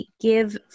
give